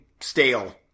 stale